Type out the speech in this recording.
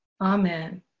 Amen